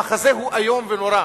המחזה הוא איום ונורא,